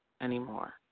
anymore